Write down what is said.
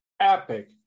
epic